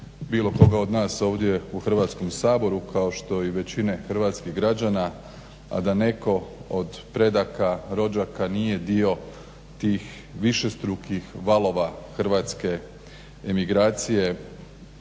bilo koga od nas ovdje u Hrvatskom saboru kao što i većine hrvatskih građana a da netko od predaka, rođaka nije dio tih višestrukih valova hrvatske emigracije